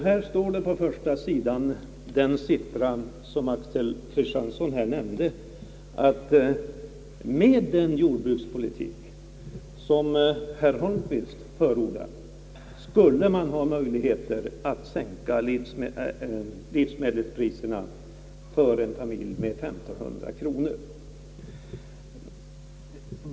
Här står på första sidan den siffra som herr Axel Kristiansson nämnde, Det heter där att med den jordbrukspolitik som herr Holmqvist förordar skulle man ha möjligheter att sänka livsmedelspriserna för en familj med 1500 kronor.